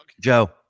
Joe